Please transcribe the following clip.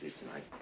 tonight.